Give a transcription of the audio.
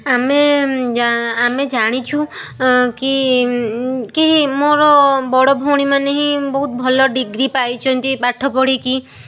ଆମେ ଆମେ ଜାଣିଛୁ କି କି ମୋର ବଡ଼ ଭଉଣୀମାନେ ହିଁ ବହୁତ ଭଲ ଡିଗ୍ରୀ ପାଇଛନ୍ତି ପାଠ ପଢ଼ିକି